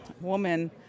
woman